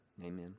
Amen